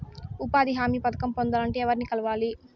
ఉపాధి హామీ పథకం పొందాలంటే ఎవర్ని కలవాలి?